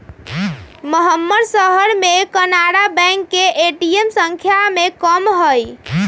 महम्मर शहर में कनारा बैंक के ए.टी.एम संख्या में कम हई